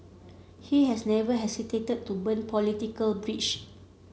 he has never hesitated to burn political bridges